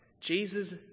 Jesus